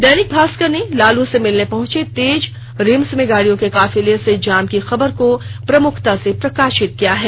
दैनिक भास्कर ने लालू से मिलने पहुंचे तेज रिम्स में गाड़ियों के काफिले से जाम की खबर को प्रमुखता से प्रकाशित किया है